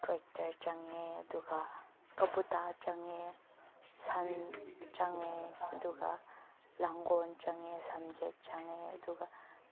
tractor ꯆꯪꯉꯦ ꯑꯗꯨꯒ ꯀꯕꯨꯇꯥ ꯆꯪꯉꯦ ꯁꯟ ꯆꯪꯉꯦ ꯑꯗꯨꯒ ꯂꯥꯡꯒꯣꯟ ꯆꯪꯉꯦ ꯁꯝꯆꯦꯠ ꯆꯪꯉꯦ ꯑꯗꯨꯒ